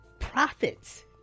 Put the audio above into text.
profits